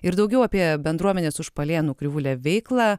ir daugiau apie bendruomenės užpalėnų krivulė veiklą